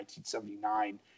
1979